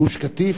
גוש-קטיף,